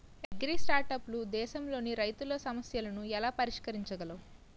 అగ్రిస్టార్టప్లు దేశంలోని రైతుల సమస్యలను ఎలా పరిష్కరించగలవు?